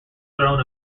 thrown